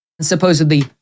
Supposedly